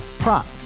Prop